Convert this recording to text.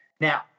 Now